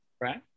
Right